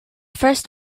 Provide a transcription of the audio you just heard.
first